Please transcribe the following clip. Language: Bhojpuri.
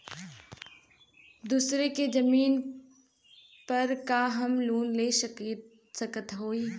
दूसरे के जमीन पर का हम लोन ले सकत हई?